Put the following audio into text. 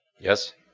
Yes